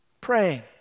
Praying